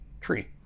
tree